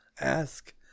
Ask